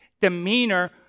demeanor